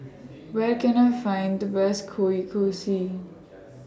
Where Can I Find The Best Kueh Kosui